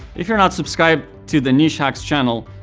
if you're not subscribed to the nichehacks channel,